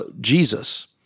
Jesus